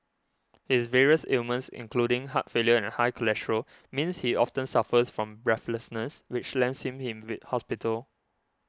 his various ailments including heart failure and high cholesterol means he often suffers from breathlessness which lands him in V hospital